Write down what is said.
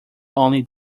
only